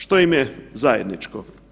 Što im je zajedničko?